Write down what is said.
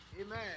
Amen